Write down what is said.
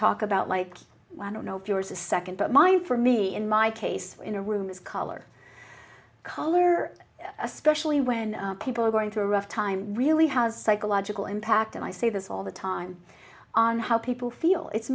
talk about like i don't know if yours is second but mine for me in my case in a room is color color especially when people are going through a rough time really has psychological impact and i say this all the time on how people feel it's